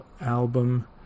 album